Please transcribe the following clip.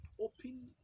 open